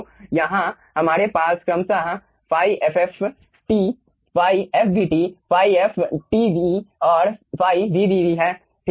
तो यहाँ हमारे पास क्रमशः ϕ ftt ϕ fvt ϕftv और ϕfvv हैं